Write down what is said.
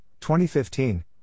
2015